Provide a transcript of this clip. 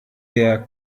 der